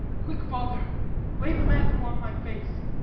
quick, father lay the mantle on my face.